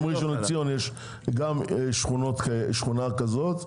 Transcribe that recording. גם בראשון לציון יש שכונה כזאת,